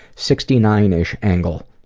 sixty nine ish angle.